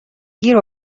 گیر